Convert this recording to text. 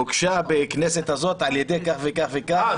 הוגשה בכנסת הזאת על ידי כך וכך -- אה,